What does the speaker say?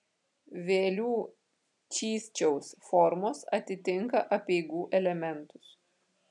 vėlių čysčiaus formos atitinka apeigų elementus